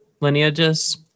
lineages